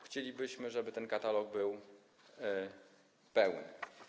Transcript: Chcielibyśmy, żeby ten katalog był pełny.